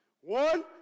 One